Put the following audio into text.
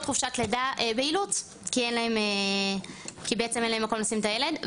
חופשת לידה באילוץ כי אין להן כי בעצם אין להם מקום לשים את הילד.